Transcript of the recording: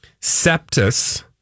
septus